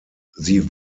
sie